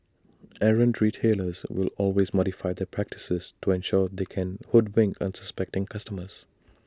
errant retailers will always modify their practices to ensure they can hoodwink unsuspecting consumers